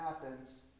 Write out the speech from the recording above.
Athens